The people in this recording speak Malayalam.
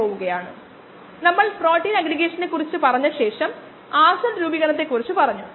ട്രിപാനിനായി നമ്മൾ അവ കാണാൻ ആഗ്രഹിച്ചേക്കാം ട്രിപാൻ ബ്ലൂ എക്സ്ക്ലൂഷൻ രീതിയുടെ നമ്പർ പതിനഞ്ചാമത്തെ ആണ്